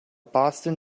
boston